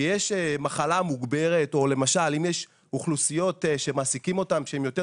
שיש מחלה מוגברת או למשל אם יש אוכלוסיות שמעסיקים אותן כשהן יותר